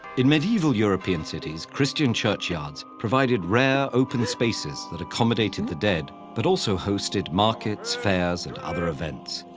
in medieval european cities, christian churchyards provided rare, open spaces that accommodated the dead, but also hosted markets, fairs, and other events.